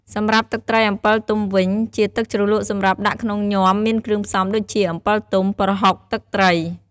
សម្រាប់ទឹកត្រីអំពិលទុំវិញ ជាទឹកជ្រលក់សម្រាប់ដាក់ក្នុងញាំមានគ្រឿងផ្សំដូចជា អំពិលទុំ ប្រហុក ទឺកត្រី។